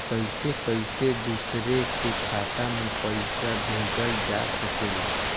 कईसे कईसे दूसरे के खाता में पईसा भेजल जा सकेला?